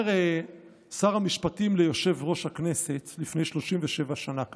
אומר שר המשפטים ליושב-ראש הכנסת לפני 37 שנה ככה: